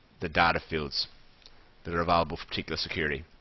the data fields that are available for particular securities.